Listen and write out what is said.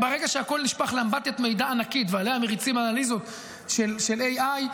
ברגע שהכול נשפך לאמבטיה מידע ענקית ועליה מריצים אנליזות של AI,